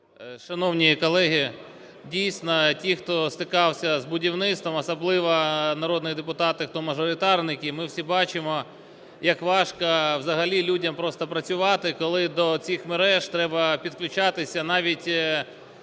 Шановні колеги, дійсно ті, хто стикався з будівництвом, особливо народні депутати, хто мажоритарники, ми всі бачимо, як важко взагалі людям просто працювати, коли цих мереж треба підключатися навіть